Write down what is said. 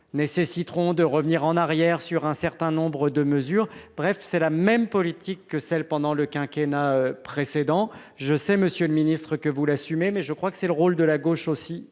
probablement de revenir en arrière sur un certain nombre de mesures. Bref, c’est ici la même politique que celle qui a été menée pendant le quinquennat précédent. Je sais, monsieur le ministre, que vous l’assumez, mais je crois que c’est aussi le rôle de la gauche de